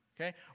Okay